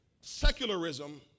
secularism